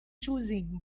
choosing